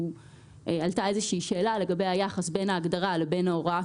עלתה שאלה לגבי היחס בין ההגדרה לבין ההוראה